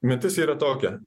mintis yra tokia